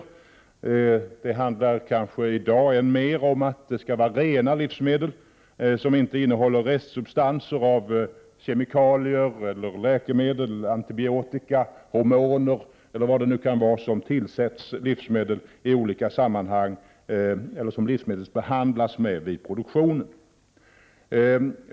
I dag handlar det kanske än mer om att det skall vara rena livsmedel som inte innehåller restsubstanser av kemikalier eller läkemedel, antibiotika och hormoner, eller vad det nu kan vara som tillsätts livsmedel i olika sammanhang eller som livsmedlen behandlas med vid produktionen.